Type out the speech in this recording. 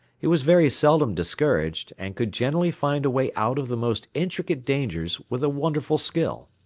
he was very seldom discouraged, and could generally find a way out of the most intricate dangers with a wonderful skill.